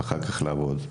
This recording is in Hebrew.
ואחר כך לעבוד.